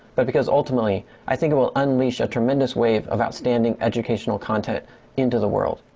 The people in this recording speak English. but because ultimately i think it will unleash a tremendous wave of outstanding educational content into the world.